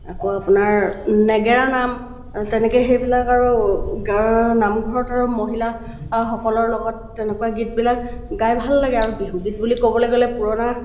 আকৌ আপোনাৰ নেগেৰা নাম তেনেকৈ সেইবিলাক আৰু গাঁৱৰ নামঘৰত আৰু মহিলা সকলৰ লগত তেনেকুৱা গীতবিলাক গাই ভাল লাগে আৰু বিহুগীত বুলি ক'বলৈ গ'লে পুৰণা